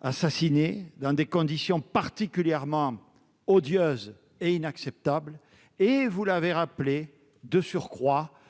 assassiné dans des conditions particulièrement odieuses et inacceptables, de surcroît- vous l'avez rappelé, et